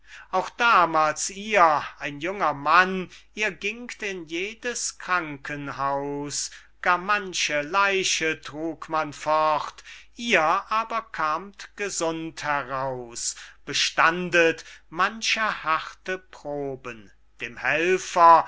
auch damals ihr ein junger mann ihr gingt in jedes krankenhaus gar manche leiche trug man fort ihr aber kamt gesund heraus bestandet manche harte proben dem helfer